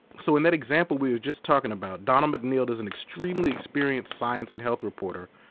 so in that example we were just talking about, donald mcneil is an extremely experienced science and health reporter,